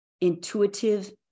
intuitive